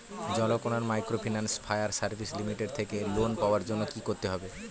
Janakalyan microfinance fire service limited থেকে loan পাওয়ার জন্য কি করতে হবে?